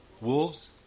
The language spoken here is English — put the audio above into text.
Wolves